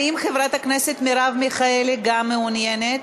האם חברת הכנסת מרב מיכאלי גם מעוניינת?